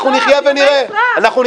אני קובע אם באים, עם כל הכבוד.